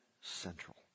central